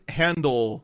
handle